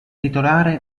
titolare